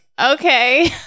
Okay